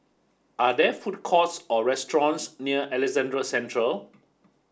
are there food courts or restaurants near Alexandra Central